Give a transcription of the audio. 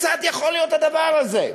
כיצד יכול להיות הדבר הזה?